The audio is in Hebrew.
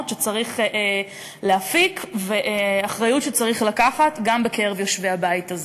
שצריך להפיק ואחריות שצריך לקחת גם בקרב יושבי הבית הזה.